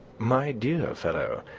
my dear fellow,